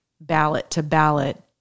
ballot-to-ballot